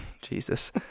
Jesus